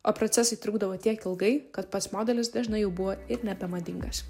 o procesai trukdavo tiek ilgai kad pats modelis dažnai jau buvo ir nebemadingas